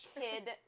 kid